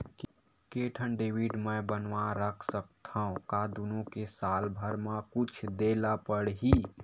के ठन डेबिट मैं बनवा रख सकथव? का दुनो के साल भर मा कुछ दे ला पड़ही?